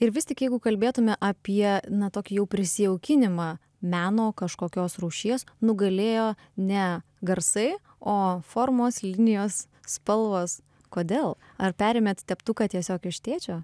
ir vis tik jeigu kalbėtume apie na tokį jau prisijaukinimą meno kažkokios rūšies nugalėjo ne garsai o formos linijos spalvos kodėl ar perėmėt teptuką tiesiog iš tėčio